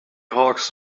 hawks